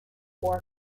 poor